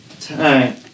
time